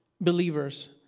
believers